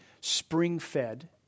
spring-fed